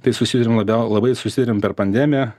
tai susiduriam labiau labai susiduriam per pandemiją